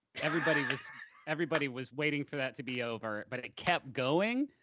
everybody was everybody was waiting for that to be over, but it kept going,